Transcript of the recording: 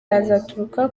azaturuka